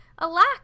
Alack